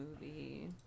movie